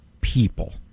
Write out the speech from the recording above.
people